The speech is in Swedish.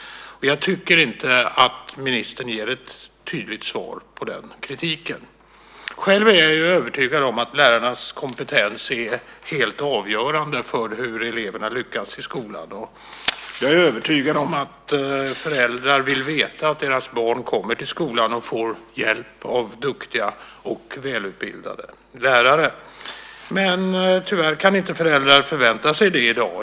Jag tycker inte att ministern ger ett tydligt svar på den kritiken. Jag är övertygad om att lärarnas kompetens är helt avgörande för hur eleverna lyckas i skolan, och jag är övertygad om att föräldrar vill veta att deras barn kommer till skolan och får hjälp av duktiga och välutbildade lärare. Det kan föräldrar tyvärr inte förvänta sig i dag.